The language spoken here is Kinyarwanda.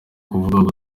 kuvugwaho